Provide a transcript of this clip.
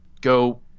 go